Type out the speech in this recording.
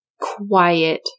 quiet